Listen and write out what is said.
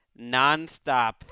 nonstop